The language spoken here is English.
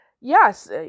yes